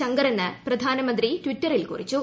ശങ്കറെന്ന് പ്രധാനമന്ത്രി ടിറ്ററിൽ കുറിച്ചു